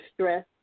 stress